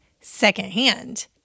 secondhand